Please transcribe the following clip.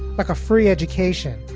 like a free education,